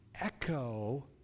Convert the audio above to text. echo